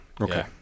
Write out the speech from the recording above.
Okay